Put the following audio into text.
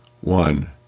one